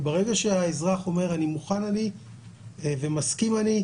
ברגע שהאזרח אומר: מוכן אני ומסכים אני,